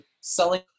selling